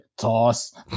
toss